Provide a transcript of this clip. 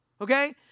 okay